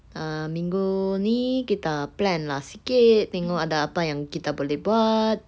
uh minggu ni kita plan lah sikit tengok ada apa yang kita boleh buat